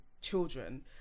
children